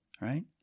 right